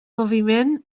moviment